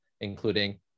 including